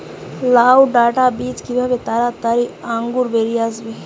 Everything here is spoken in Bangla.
লাউ ডাটা বীজ কিভাবে তাড়াতাড়ি অঙ্কুর বেরিয়ে আসবে?